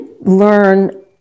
learn